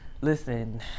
listen